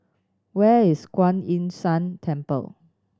where is Kuan Yin San Temple